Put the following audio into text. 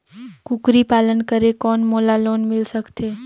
कूकरी पालन करे कौन मोला लोन मिल सकथे?